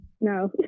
no